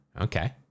okay